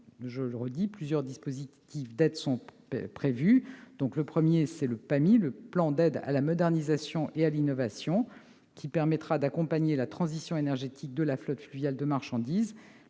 cette transition, plusieurs dispositifs d'aide sont prévus. Premièrement, le PAMI, le plan d'aides à la modernisation et à l'innovation, permet d'accompagner la transition énergétique de la flotte fluviale de marchandises.